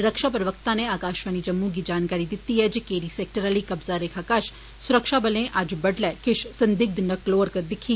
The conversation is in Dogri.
रक्षा प्रवक्ता नै आकाशवाणी जम्मू गी जानकारी दिती ऐ जे केरी सैक्टर आली कब्जा रेखा कश सुरक्षाबलें अज्ज बड़ुले किश संदिग्ध नकलोहरकत दिक्खी